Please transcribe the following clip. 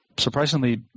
Surprisingly